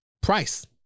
price